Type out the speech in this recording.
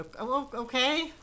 Okay